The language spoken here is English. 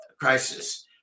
crisis